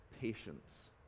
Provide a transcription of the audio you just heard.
patience